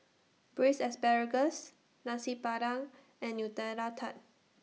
Braised Asparagus Nasi Padang and Nutella Tart